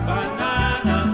Banana